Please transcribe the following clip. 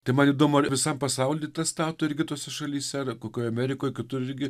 tai man įdomu ar visam pasauly tą stato irgi tose šalyse ar kokioj amerikoj kitur irgi